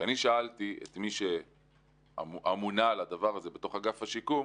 כשאני שאלתי את מי שאמונה על הדבר הזה בתוך אגף השיקום